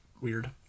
weird